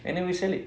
and then we sell it